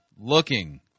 looking